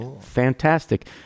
Fantastic